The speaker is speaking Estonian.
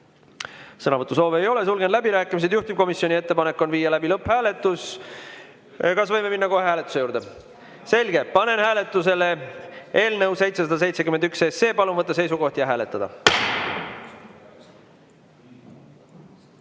Sõnavõtusoove ei ole, sulgen läbirääkimised. Juhtivkomisjoni ettepanek on viia läbi lõpphääletus. Kas võime minna kohe hääletuse juurde? Selge. Panen hääletusele eelnõu 771. Palun võtta seisukoht ja hääletada!